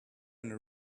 and